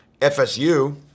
FSU